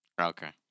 Okay